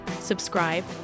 subscribe